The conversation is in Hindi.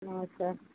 अच्छा